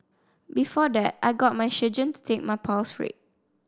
before that I got my surgeon to take my pulse rate